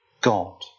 God